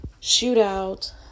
shootout